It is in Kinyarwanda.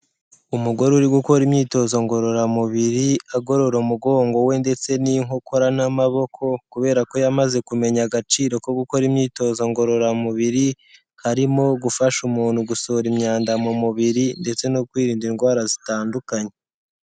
Umugore uri gukora imyitozo ngororamubiri agorora umugongo we ndetse n'inkokora n'amaboko, kubera ko yamaze kumenya agaciro ko gukora imyitozo ngororamubiri, harimo gufasha umuntu gusohora imyanda mu mubiri, ndetse no kwirinda indwara zitandukanye.